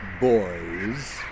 boys